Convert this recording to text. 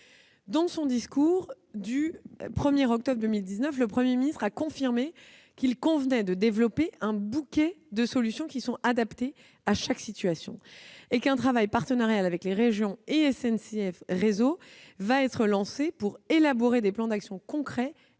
Dans son discours du 1 octobre 2019, le Premier ministre a confirmé qu'il convenait de développer un « bouquet de solutions » adaptées à chaque situation, et qu'un travail partenarial avec les régions et SNCF Réseau sera lancé pour élaborer des plans d'action concrets